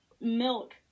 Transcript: milk